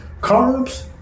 carbs